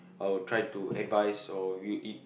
I'll try to advise or